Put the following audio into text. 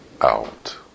out